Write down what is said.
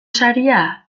saria